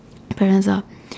the parents are